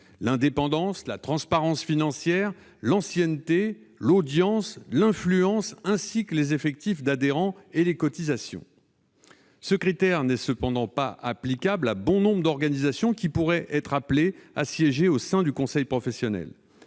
l'indépendance, la transparence financière, l'ancienneté, l'audience, l'influence, ainsi que les effectifs d'adhérents et les cotisations. Ces critères ne sont cependant pas applicables à bon nombre d'organisations qui pourraient être appelées à siéger au sein du conseil professionnel.